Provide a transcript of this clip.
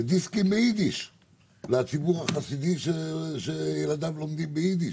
ההנחיות יצאו בדיסקים ביידיש לציבור החסידי שילדיו לומדים ביידיש.